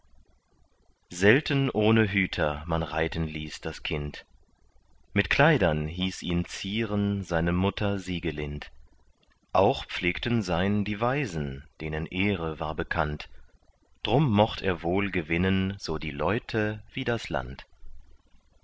selten ohne hüter man reiten ließ das kind mit kleidern hieß ihn zieren seine mutter siegelind auch pflegten sein die weisen denen ehre war bekannt drum mocht er wohl gewinnen so die leute wie das land